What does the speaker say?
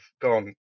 gone